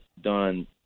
done